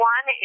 One